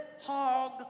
hog